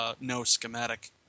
no-schematic